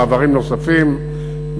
מעברים נוספים,